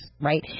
right